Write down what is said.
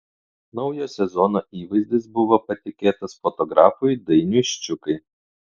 naujo sezono įvaizdis buvo patikėtas fotografui dainiui ščiukai